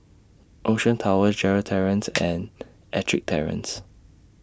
Ocean Towers Gerald Terrace and Ettrick Terrace